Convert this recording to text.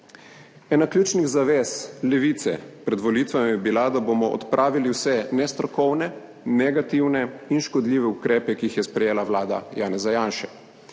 Ena ključnih zavez Levice pred volitvami je bila, da bomo odpravili vse nestrokovne, negativne in škodljive ukrepe, ki jih je sprejela vlada Janeza Janše.